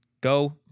go